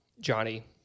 Johnny